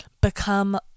become